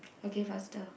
okay faster